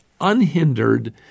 unhindered